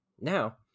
Now